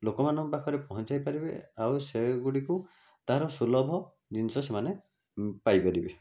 ଲୋକମାନଙ୍କ ପାଖରେ ପହଞ୍ଚାଇ ପାରିବେ ଆଉ ସେଇଗୁଡ଼ିକୁ ତା'ର ସୁଲଭ ଜିନିଷ ସେମାନେ ପାଇପାରିବେ